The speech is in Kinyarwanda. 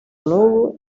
nanubu